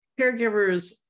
Caregivers